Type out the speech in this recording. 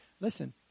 Listen